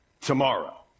tomorrow